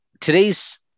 today's